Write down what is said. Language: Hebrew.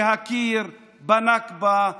כדי להעביר את החוק המטורף הזה,